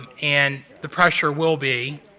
and the pressure will be,